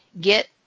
Get